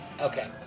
Okay